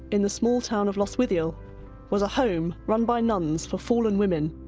in the small town of loswithiel was a home run by nuns for fallen women,